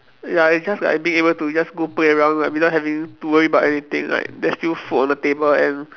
ya it's just like being able to just go play around like without having to worry about anything like there's still food on the table and